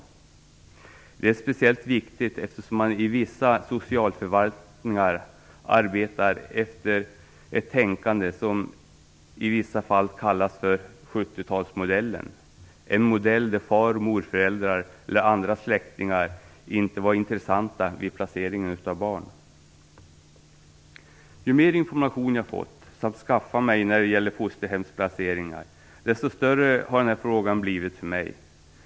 Detta är speciellt viktigt, eftersom man i vissa socialförvaltningar arbetar efter ett tänkande som i vissa fall kallas för 70 talsmodellen, en modell där far och morföräldrar eller andra släktingar inte var intressanta vid placering av barn. Ju mer information jag har fått och skaffat mig när det gäller fosterhemsplaceringar, desto större har den här frågan blivit för mig.